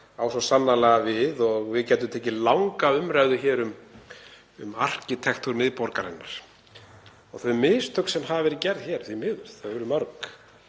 á svo sannarlega við og við gætum tekið langa umræðu um arkitektúr miðborgarinnar og þau mistök sem hafa verið gerð hér, því miður, þau eru mörg.